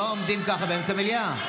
לא עומדים ככה באמצע המליאה.